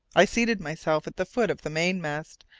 i seated myself at the foot of the mainmast,